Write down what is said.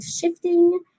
shifting